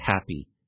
happy